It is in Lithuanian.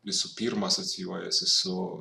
visų pirma asocijuojasi su